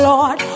Lord